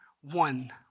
one